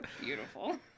beautiful